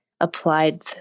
applied